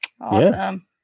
Awesome